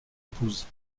épouse